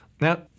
Now